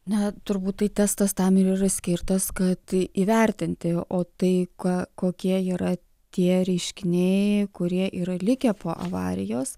na turbūt tai testas tam ir yra skirtas kad įvertinti o tai ką kokie yra tie reiškiniai kurie yra likę po avarijos